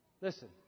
Listen